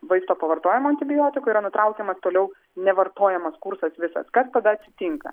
vaisto pavartojimo antibiotikų yra nutraukiamas toliau nevartojamas kursas visas kas tada atsitinka